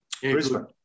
Brisbane